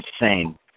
insane